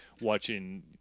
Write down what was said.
watching